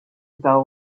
ago